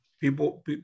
People